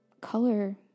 color